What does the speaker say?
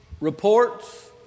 reports